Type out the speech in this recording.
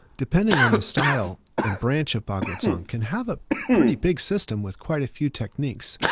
depending on the style and branch of bagua zhang, can have a pretty big system with quite a few techniques.